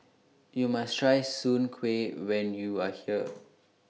YOU must Try Soon Kway when YOU Are here